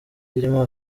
zirimo